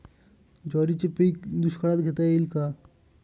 ज्वारीचे पीक दुष्काळात घेता येईल का?